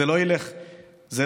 זה לא ילך בטוב.